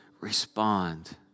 Respond